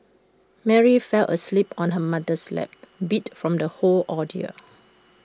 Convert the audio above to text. Mary fell asleep on her mother's lap beat from the whole ordeal